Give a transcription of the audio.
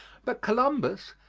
but columbus,